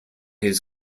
his